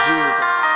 Jesus